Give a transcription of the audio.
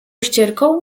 ścierką